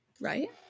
right